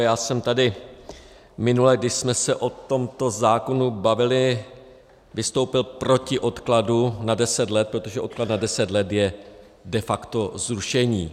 Já jsem tady minule, když jsme se o tomto zákonu bavili, vystoupil proti odkladu na deset let, protože odklad na deset let je de facto zrušení.